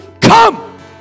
come